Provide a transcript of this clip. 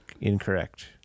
Incorrect